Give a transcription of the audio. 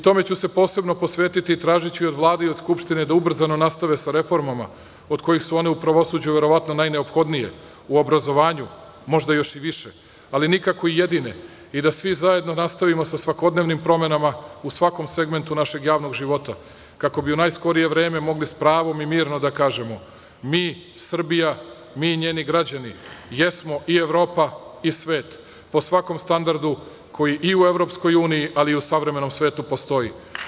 Tome ću se posebno posvetiti i tražiću i od Vlade i od Skupštine da ubrzano nastave sa reformama, od kojih su one u pravosuđu verovatno najneophodnije, a u obrazovanju možda još i više, ali nikako i jedine, i da svi zajedno nastavimo sa svakodnevnim promenama u svakom segmentu našeg javnog života, kako bi u najskorije vreme mogli s pravom i mirno da kažemo – Srbija, mi, njeni građani, jesmo i Evropa i svet po svakom standardu koji i u EU, ali u savremenom svetu postoji.